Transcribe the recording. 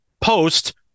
post